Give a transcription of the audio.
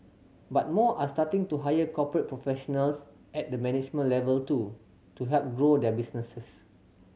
but more are starting to hire corporate professionals at the management level too to help grow their businesses